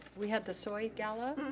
we had the soy gala.